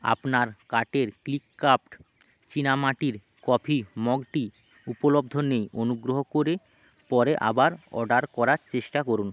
আপনার কার্টের clay craft চীনামাটির কফি মগটি উপলব্ধ নেই অনুগ্রহ করে পরে আবার অর্ডার করার চেষ্টা করুন